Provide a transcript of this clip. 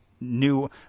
New